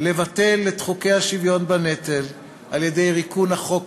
לבטל את חוקי השוויון בנטל על-ידי ריקון החוק